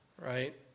right